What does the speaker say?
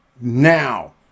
now